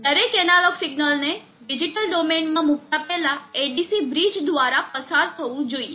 દરેક એનાલોગ સિગ્નલને ડિજિટલ ડોમેનમાં મૂકતા પહેલા ADC બ્રિજ દ્વારા પસાર થવું જોઈએ